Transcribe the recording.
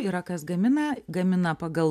yra kas gamina gamina pagal